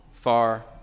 far